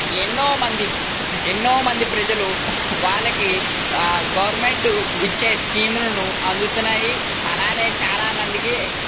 ఎన్నో మంది ఎన్నో మంది ప్రజలు వాళ్ళకి గవర్నమెంట్ ఇచ్చే స్కీములను అందుతున్నాయి అలాగే చాలామందికి